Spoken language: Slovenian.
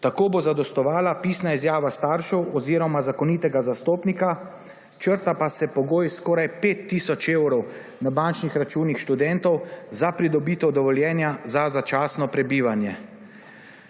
Tako bo zadostovala pisna izjava staršev oziroma zakonitega zastopnika. Črta pa se pogoj skoraj 5 tisoč evrov na bančnih računih študentov za pridobitev dovoljenja za začasno prebivanje.